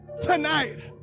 tonight